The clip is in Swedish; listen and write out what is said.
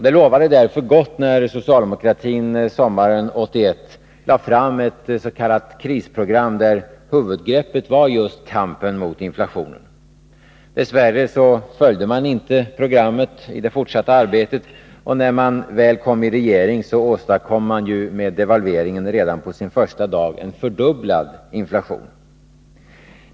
Det lovade därför gott när socialdemokratin sommaren 1981 lade fram ett s.k. krisprogram, där huvudgreppet var just kampen mot inflationen. Dess värre följde man inte programmeti det fortsatta arbetet. Och när man väl kom i regering åstadkom man med devalveringen redan på sin första dag en fördubblad inflation.